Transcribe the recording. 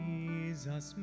Jesus